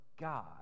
god